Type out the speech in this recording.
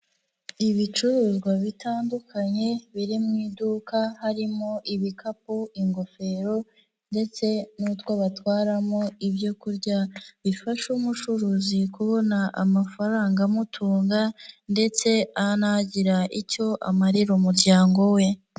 Ibicuruzwa bitandukanye biri mu iduka harimo ibikapu, ingofero ndetse n'utwo batwaramo ibyo kurya, bifasha umucuruzi kubona amafaranga amutunga ndetse anagira icyo amarira umuryango we.